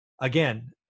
Again